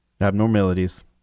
Abnormalities